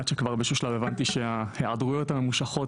עד לשלב בו הבנתי שההיעדרויות הממושכות